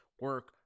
Work